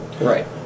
Right